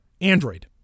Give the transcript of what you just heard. Android